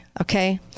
okay